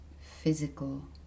physical